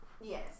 Yes